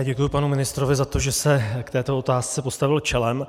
Děkuji panu ministrovi za to, že se k této otázce postavil čelem.